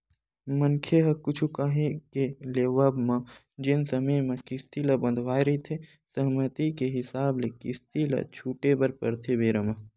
मनखे ह कुछु काही के लेवब म जेन समे म किस्ती ल बंधवाय रहिथे सहमति के हिसाब ले किस्ती ल छूटे बर परथे बेरा म